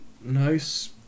nice